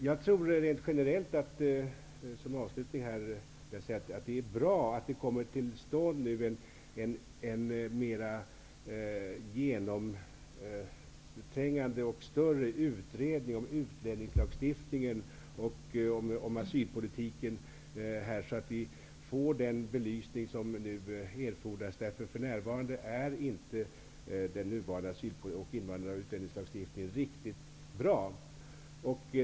Jag tror rent generellt att det är bra att en mer genomträngande och större utredning kommer till stånd om utlänningslagstiftningen och om asylpolitiken, så att vi får den belysning som erfordras. För närvarande är inte asyl-, invandraroch utlänningslagstiftningen riktigt bra.